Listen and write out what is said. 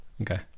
okay